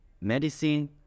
medicine